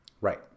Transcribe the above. Right